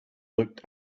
looked